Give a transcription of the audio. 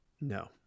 no